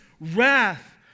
wrath